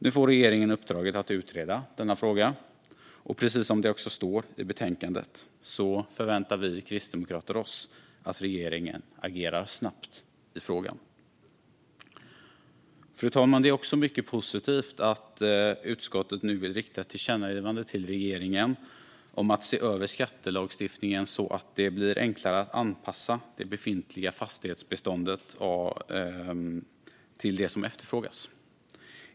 Nu får regeringen uppdraget att utreda denna fråga, och precis som det står i betänkandet förväntar vi kristdemokrater oss att regeringen agerar snabbt i frågan. Fru talman! Det är också mycket positivt att utskottet nu vill rikta ett tillkännagivande till regeringen om att se över skattelagstiftningen så att det blir enklare att anpassa det befintliga fastighetsbeståndet till det som efterfrågas.